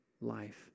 life